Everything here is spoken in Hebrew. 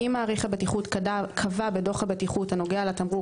אם מעריך הבטיחות קבע בדוח הבטיחות הנוגע לתמרוק